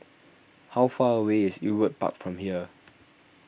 how far away is Ewart Park from here